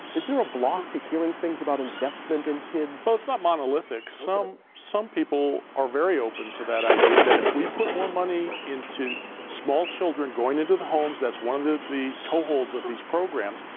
is there a block to hearing things about investment in kids? well, it's not monolithic. some some people are very open to that idea, that if we put more money into small children, going into the homes, that's one of the the toll holds of these programs,